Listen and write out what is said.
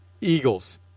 Eagles